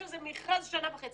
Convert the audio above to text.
יש איזה מכרז שנה וחצי.